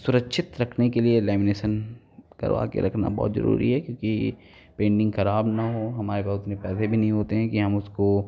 सुरक्षित रखने के लिए लैमीनेसन करवा के रखना बहुत जरूरी है क्योंकि पेन्टिंग खराब न हो हमारे पास उतने पैसे भी नहीं होते हैं कि हम उसको